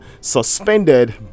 suspended